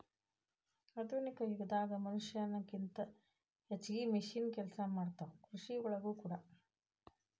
ಆಧುನಿಕ ಯುಗದಾಗ ಮನಷ್ಯಾನ ಕಿಂತ ಹೆಚಗಿ ಮಿಷನ್ ಕೆಲಸಾ ಮಾಡತಾವ ಕೃಷಿ ಒಳಗೂ ಕೂಡಾ